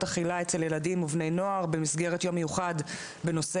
אכילה אצל ילדים ובני נוער במסגרת יום מיוחד בנושא